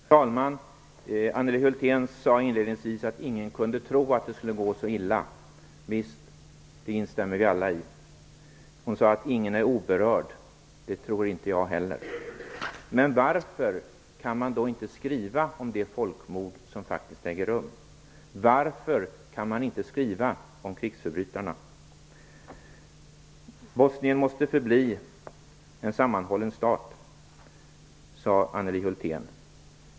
Herr talman! Anneli Hulthén sade inledningsvis att ingen kunde tro att det skulle gå så illa. Visst, det instämmer vi alla i. Hon sade att ingen är oberörd. Det tror inte jag heller. Men varför kan man då inte skriva om det folkmord som faktiskt äger rum? Varför kan man inte skriva om krigsförbrytarna? Bosnien måste förbli en sammanhållen stat, sade Anneli Hulthén.